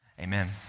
Amen